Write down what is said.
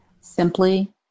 Simply